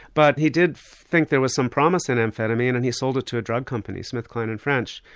but he did think there was some promise in amphetamine and he sold it to a drug company, smith, kline and french.